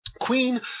Queen